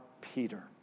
Peter